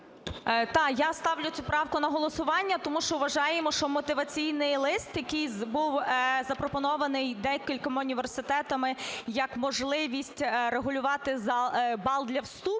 Так, я ставлю цю правку на голосування, тому що вважаю, що мотиваційний лист, який був запропонований декількома університетами як можливість регулювати бал для вступу,